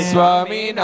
Swami